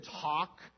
talk